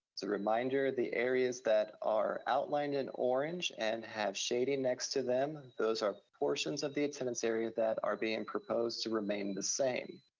so reminder, the areas that are outline in orange and have shading next to them, those are portions of the attendance area that are being proposed to remain the same.